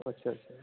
अच्छा अच्छा